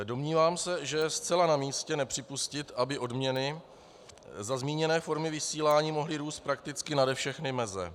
Domnívám se, že je zcela namístě nepřipustit, aby odměny za zmíněné formy vysílání mohly růst prakticky nade všechny meze.